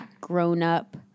grown-up